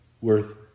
worth